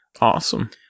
Awesome